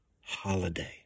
holiday